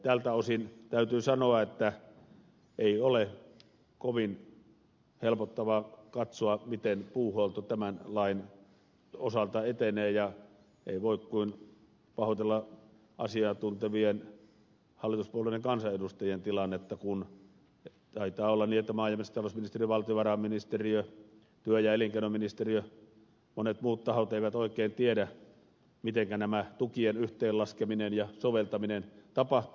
tältä osin täytyy sanoa että ei ole kovin helpottavaa katsoa miten puuhuolto tämän lain osalta etenee ja ei voi kuin pahoitella asiaa tuntevien hallituspuolueiden kansanedustajien tilannetta kun taitaa olla niin että maa ja metsätalousministeriö ja valtiovarainministeriö työ ja elinkeinoministeriö monet muut tahot eivät oikein tiedä mitenkä nämä tukien yhteenlaskeminen ja soveltaminen tapahtuu